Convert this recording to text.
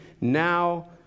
now